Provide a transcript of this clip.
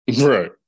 Right